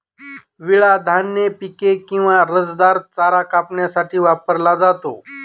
विळा धान्य पिके किंवा रसदार चारा कापण्यासाठी वापरला जातो